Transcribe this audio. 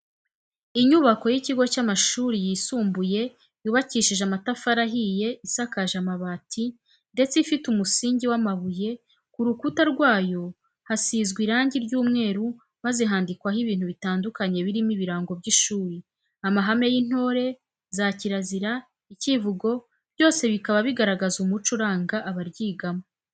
Inyubako y'ikigo cy'amashuri yisumbuye yubakishije amatafari ahiye, isakaje amabati, ndetse ifite umusingi w'amabuye, ku rukuta rwayo kasizwe irangi ry'umweru maze handikwaho ibintu bitandukanye birimo ibirango by'ishuri, amahame y'intore, za kirazira, icyivugo byose bikaba bigaragaza umuco uranga abaryigamo.